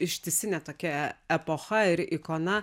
ištisine tokia epocha ir ikona